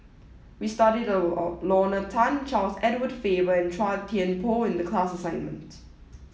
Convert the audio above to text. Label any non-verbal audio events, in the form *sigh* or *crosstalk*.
we studied *unintelligible* Lorna Tan Charles Edward Faber and Chua Thian Poh in the class assignment